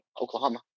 Oklahoma